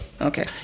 Okay